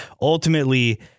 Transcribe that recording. ultimately